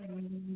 ହଁ